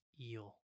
eel